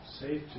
safe